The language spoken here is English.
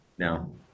No